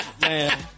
Man